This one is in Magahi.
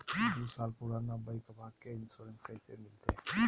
दू साल पुराना बाइकबा के इंसोरेंसबा कैसे मिलते?